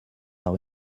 par